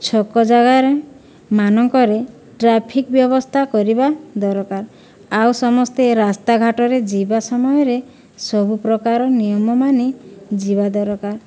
ଛକ ଜାଗାରେ ମାନଙ୍କରେ ଟ୍ରାଫିକ ବ୍ୟବସ୍ଥା କରିବା ଦରକାର ଆଉ ସମସ୍ତେ ରାସ୍ତାଘାଟରେ ଯିବା ସମୟରେ ସବୁପ୍ରକାର ନିୟମ ମାନି ଯିବା ଦରକାର